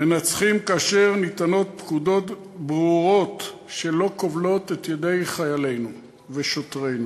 מנצחים כאשר ניתנות פקודות ברורות שלא כובלות את ידי חיילינו ושוטרינו,